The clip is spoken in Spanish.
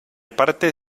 parte